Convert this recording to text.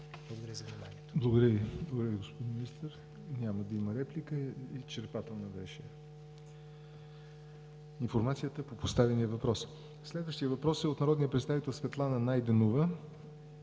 Благодаря за вниманието.